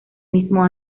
mismo